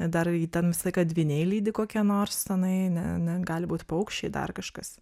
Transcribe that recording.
dar į ten visą laiką dvyniai lydi kokie nors tenai ne negali būt paukščiai dar kažkas